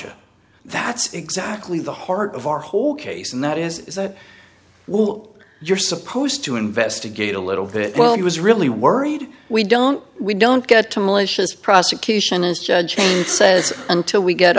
you that's exactly the heart of our whole case and that is that will you're supposed to investigate a little bit well he was really worried we don't we don't get to malicious prosecution as judge says until we get